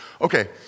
Okay